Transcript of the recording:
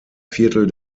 viertel